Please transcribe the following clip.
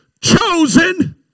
chosen